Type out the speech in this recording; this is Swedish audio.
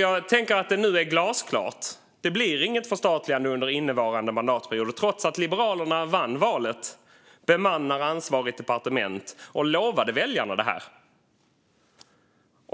Jag tänker att det nu är glasklart: Det blir inget förstatligande under innevarande mandatperiod trots att Liberalerna vann valet, bemannar ansvarigt departement och lovade väljarna det här.